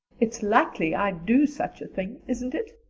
it's likely i'd do such a thing, isn't it?